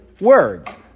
words